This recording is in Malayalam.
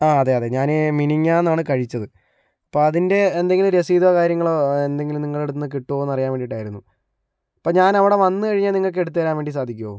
ആ അതെ അതെ ഞാനേ മിനിഞ്ഞാന്നാണ് കഴിച്ചത് അപ്പം അതിൻ്റെ എന്തെങ്കിലും രസീതോ കാര്യങ്ങളോ എന്തെങ്കിലും നിങ്ങളുടെ അടുത്തു നിന്ന് കിട്ടുമോയെന്നറിയാൻ വേണ്ടിയിട്ടായിരുന്നു ഇപ്പം ഞാനവിടെ വന്ന് കഴിഞ്ഞാൽ നിങ്ങൾക്ക് എടുത്തുതരാൻ വേണ്ടി സാധിക്കുമോ